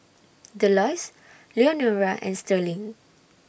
Delois Leonora and Sterling